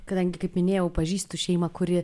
kadangi kaip minėjau pažįstu šeimą kuri